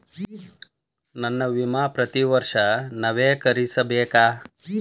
ನನ್ನ ವಿಮಾ ಪ್ರತಿ ವರ್ಷಾ ನವೇಕರಿಸಬೇಕಾ?